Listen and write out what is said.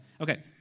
Okay